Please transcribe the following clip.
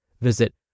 Visit